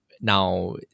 now